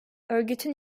örgütün